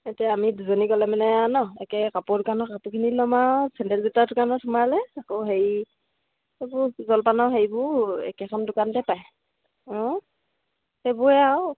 এতিয়া আমি দুইজনী গ'লে মানে আৰু ন একে কাপোৰ দোকানৰ কাপোৰখিনি ল'ম আৰু চেণ্ডেল জোতাৰ দোকানত সোমালে আকৌ হেৰি এইবোৰ জলপানৰ হেৰিবোৰ একেখন দোকানতে পায় অঁ সেইবোৰেই আৰু